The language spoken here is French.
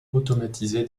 automatisé